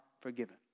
forgiven